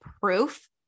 proof